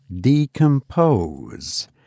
decompose